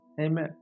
Amen